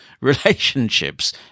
relationships